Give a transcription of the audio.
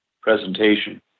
presentation